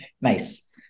nice